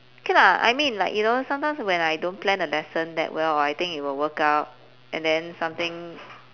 okay lah I mean you know sometimes when I don't plan a lesson that well or I think it will work out and then something